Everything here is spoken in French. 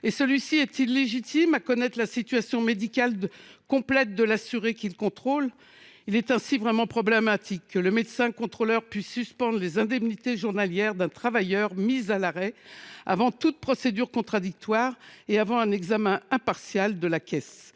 Et ce médecin est il légitime à connaître la situation médicale complète de l’assuré qu’il contrôle ? Il est réellement problématique que le médecin contrôleur puisse suspendre les indemnités journalières d’un travailleur en arrêt maladie, avant toute procédure contradictoire et avant un examen impartial par la caisse